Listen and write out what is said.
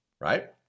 right